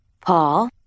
Paul